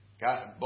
God